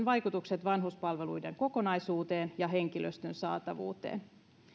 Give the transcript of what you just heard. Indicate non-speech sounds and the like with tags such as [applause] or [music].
[unintelligible] vaikutukset vanhuspalveluiden kokonaisuuteen ja henkilöstön saatavuuteen